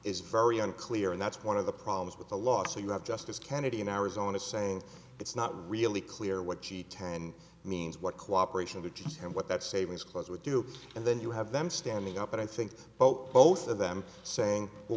is very unclear and that's one of the problems with the law so you have justice kennedy in arizona saying it's not really clear what she ten means what cooperation to just what that savings clause would do and then you have them standing up but i think both both of them saying well